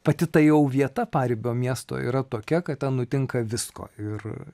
pati ta jau vieta paribio miesto yra tokia kad ten nutinka visko ir